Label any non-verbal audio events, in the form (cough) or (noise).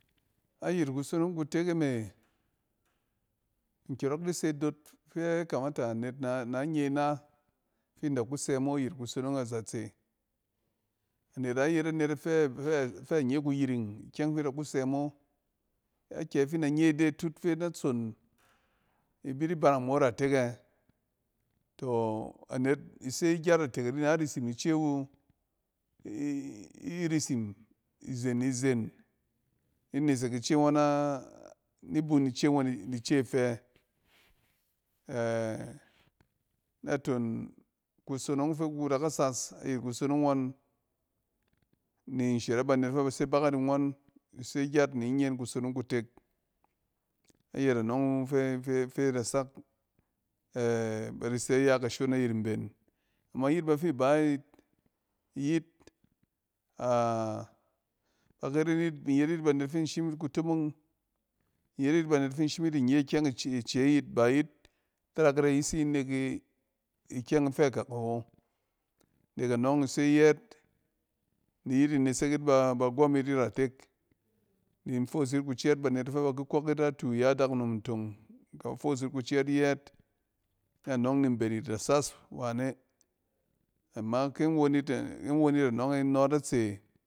Ayit mkusonong kutek e me, nkyↄrↄk di se dot fɛ kamɛta anet nan ye na fi inda ku sɛ mo ayɛt kusonong azatse. Anet na yet anet ↄng f-fe anye kuyiring ikyɛng fi ida ku sɛ mo. Akyɛ fi in d nye de tut fɛ natson ibi di bareng mo iratikɛ? Tↄ, anet, ise gyat atek-ari na risim ice wu (hesitation) irisim izen-izen, ni nesek ice ngↄna-ni bun ice ngↄn n ice fɛ (hesitation) naton fɛ ku da ka sɛs ayɛt kusonong ngↄn ni shɛrɛp banet fɛ ba se bakɛt ni ngↄn. Ise gyat ni nyen kusonong kutek. Ayɛt anↄng wu fɛ-fɛ da sak (hesitation) badi sɛ iya kashon nayɛt mben. Ama yit bafi baayit iyit (hesitation) baki ren yit, in yet yit banet fi in shim yit kutomong, in yet yit banet fi in shim yit inye ikyɛng ice-ce yit ba iyit tarak yit ayisi nek i-ikyɛng ifɛ kak awo. Nek anↄng ise yɛɛt ni yit ni in nesek yit bagwↄn yit iratek ni in foos yit kutↄ banet fɛ ba kↄk yit natu ya sdakunom ntong in kaba foos yit kucɛɛt yɛɛt, kɛ nↄng mben yit sas wane ma kin won yit anↄng e in nↄ yit natse.